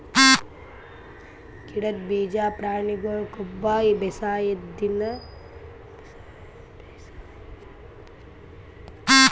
ಗಿಡದ್ ಬೀಜಾ ಪ್ರಾಣಿಗೊಳ್ ಕೊಬ್ಬ ಬೇಸಾಯದಿನ್ದ್ ಬಂದಿದ್ ಕಸಾ ಇವೆಲ್ಲದ್ರಿಂದ್ ಜೈವಿಕ್ ಇಂಧನ್ ತಯಾರ್ ಮಾಡ್ತಾರ್